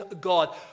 God